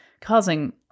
causing